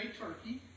turkey